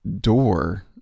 door